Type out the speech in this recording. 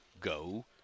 Go